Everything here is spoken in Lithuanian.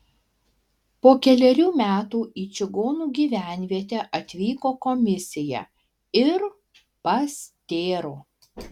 po kelerių metų į čigonų gyvenvietę atvyko komisija ir pastėro